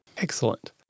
excellent